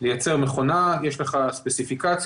לייצור מכונה יש לך ספציפיקציות,